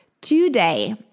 Today